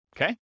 okay